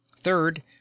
third